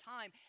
time